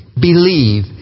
Believe